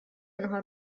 آنها